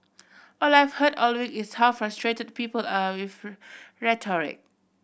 all I've heard all week is how frustrated people are with rhetoric